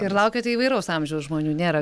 ir laukiate įvairaus amžiaus žmonių nėra